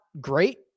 great